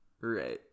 Right